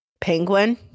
Penguin